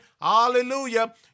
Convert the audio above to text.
hallelujah